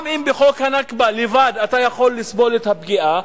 אם בחוק הנכבה לבד אתה יכול לסבול את הפגיעה,